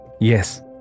yes